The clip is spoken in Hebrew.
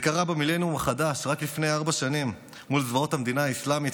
זה קרה במילניום החדש רק לפני ארבע שנים מול זוועות המדינה האסלאמית,